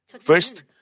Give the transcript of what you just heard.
First